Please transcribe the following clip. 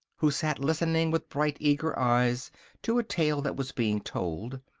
who sat listening with bright eager eyes to a tale that was being told,